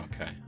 Okay